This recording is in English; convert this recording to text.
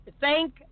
thank